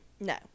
no